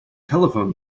telephone